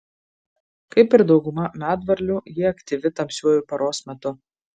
kaip ir dauguma medvarlių ji aktyvi tamsiuoju paros metu